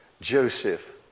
Joseph